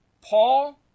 Paul